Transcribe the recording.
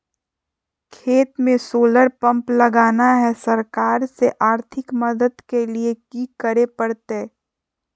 खेत में solar pump लगाना है, सरकार से आर्थिक मदद के लिए की करे परतय?